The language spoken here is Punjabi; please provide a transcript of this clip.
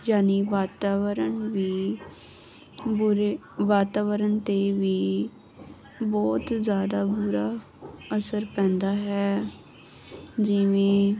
ਜਾਨੀ ਵਾਤਾਵਰਣ ਵੀ ਬੁਰੇ ਵਾਤਾਵਰਨ ਤੇ ਵੀ ਬਹੁਤ ਜਿਆਦਾ ਬੁਰਾ ਅਸਰ ਪੈਂਦਾ ਹੈ ਜਿਵੇਂ